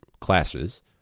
classes